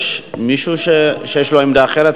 יש מישהו שיש לו עמדה אחרת?